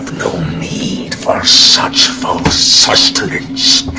need for such false sustenance.